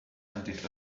ended